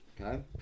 Okay